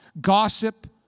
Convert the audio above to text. gossip